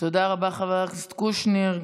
תודה רבה, חבר הכנסת קושניר.